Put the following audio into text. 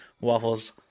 waffles